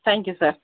thank you sir